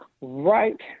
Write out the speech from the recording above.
right